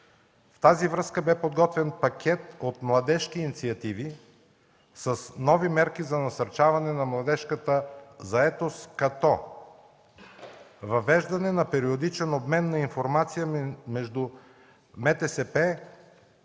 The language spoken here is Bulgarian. с това бе подготвен пакет от младежки инициативи с нови мерки за насърчаване на младежката заетост, като: въвеждане на периодичен обмен на информация между